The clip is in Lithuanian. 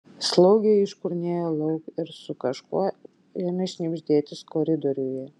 slaugė iškurnėjo lauk ir su kažkuo ėmė šnibždėtis koridoriuje